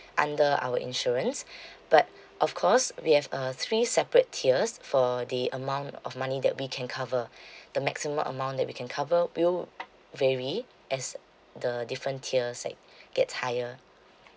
under our insurance but of course we have uh three separate tiers for the amount of money that we can cover the maximum amount that we can cover will vary as the different tiers like gets higher